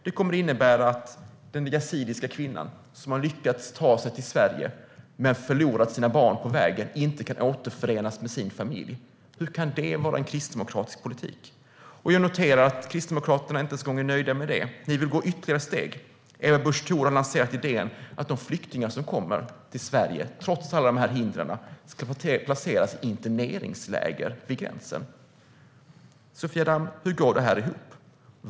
Det kommer att innebära att den yazidiska kvinnan som har lyckats ta sig till Sverige men förlorat sina barn på vägen inte kan återförenas med sin familj. Hur kan det vara kristdemokratisk politik? Jag noterar att Kristdemokraterna inte ens är nöjda med det. Ni vill ta ytterligare steg. Ebba Busch Thor har lanserat idén att de flyktingar som trots alla dessa hinder kommer till Sverige ska placeras i interneringsläger vid gränsen. Sofia Damm! Hur går det här ihop?